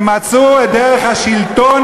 והם מצאו את דרך השלטון,